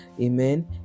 amen